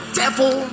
devil